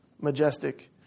majestic